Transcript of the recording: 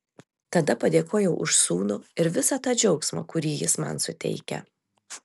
tada padėkojau už sūnų ir visą tą džiaugsmą kurį jis man suteikia